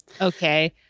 Okay